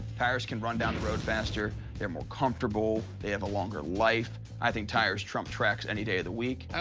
tires can run down the road faster. they're more comfortable. they have a longer life. i think tires trump tracks any day of the week. i